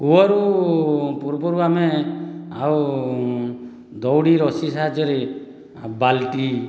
କୂଅରୁ ପୂର୍ବରୁ ଆମେ ଆଉ ଦଉଡ଼ି ରଶି ସାହାଯ୍ୟରେ ବାଲ୍ଟି